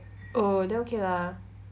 oh then okay lah